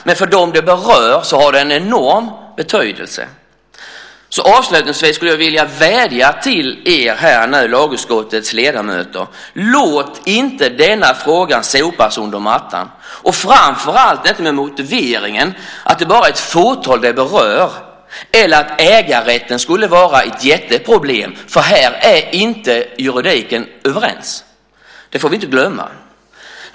Men för dem som det berör har det en enorm betydelse. Avslutningsvis skulle jag vilja vädja till lagutskottets ledamöter: Låt inte denna fråga sopas under mattan och framför allt inte med motiveringen att detta berör bara ett fåtal eller att ägarrätten skulle vara ett jätteproblem. Här är man nämligen inte överens inom juridiken. Det får vi inte glömma.